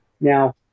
Now